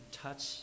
touch